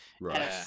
Right